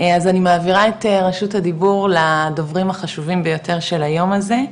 אז אני מעבירה את רשות הדיבור לדוברים החשובים ביותר של היום הזה,